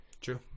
True